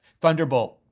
Thunderbolt